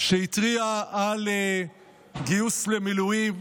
שהתריע על גיוס למילואים,